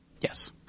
Yes